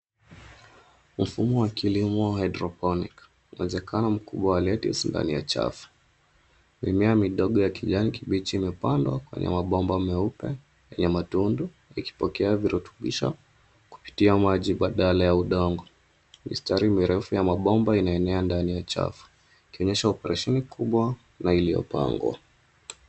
Mfumo wa kilimo wa hydroponic . Uwezekano mkubwa wa lettuce ndani ya chafu. Mimea midogo ya kijani kibichi imepandwa, kwenye mabomba meupe yenye matundu, ikipokea virutubisho kupitia maji badala ya udongo. Mistari mirefu ya mabomba inaenea ndani ya chafu, ikionyesha operesheni kubwa na iliyopangwa.